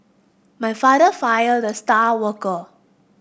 my father fired the star worker